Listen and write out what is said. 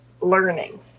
learning